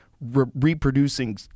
reproducing